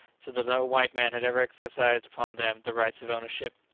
so that no white man had ever exercised upon them the rights of ownership.